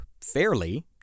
fairly